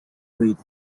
reed